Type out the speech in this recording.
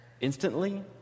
Instantly